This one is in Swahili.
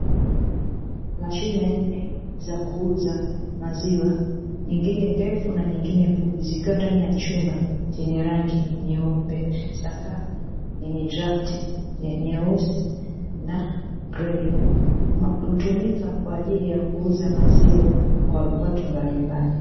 Mashine nne za kuuza maziwa nyingine ndefu na nyingine fupi zikiwa ndani ya chumba chenye rangi nyeupe sakafu yenye drafti nyeusi na grei, hutumika kwa ajili ya kuuza maziwa kwa watu mbalimbali.